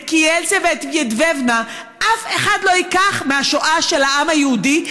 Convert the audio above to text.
את קיילצה ואת ידוובנה אף אחד לא ייקח מהשואה של העם היהודי,